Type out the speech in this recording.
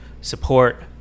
support